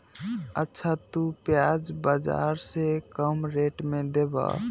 अच्छा तु प्याज बाजार से कम रेट में देबअ?